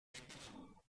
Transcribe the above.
antelope